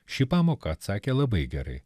šį pamoką atsakė labai gerai